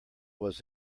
was